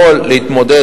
יכול להתמודד